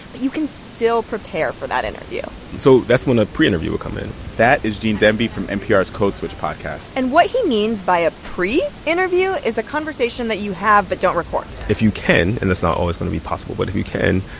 but you can still prepare for that interview so that's when a preinterview will come in that is gene demby from npr's code switch podcast and what he means by ah a preinterview is a conversation that you have but don't record if you can and it's not always going to be possible but if you can,